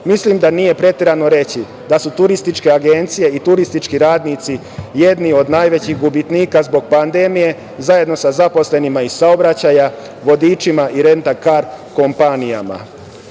sobi. Mislim da nije preterano reći, da su turističke agencije i turistički radnici, jedni od najvećih gubitnika, zbog pandemije, zajedno sa zaposlenima iz saobraćaja, vodičima i rentakar kompanijama. Pomoć